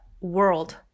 world